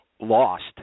lost